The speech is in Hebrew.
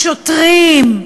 שוטרים,